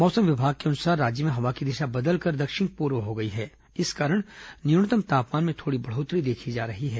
मौसम विभाग के अनुसार राज्य में हवा की दिशा बदलकर दक्षिण पूर्व हो गई है इस कारण न्यूनतम तापमान में थोड़ी बढ़ोत्तरी देखी जा रही है